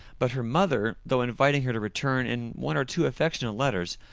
but her mother, though inviting her to return in one or two affectionate letters,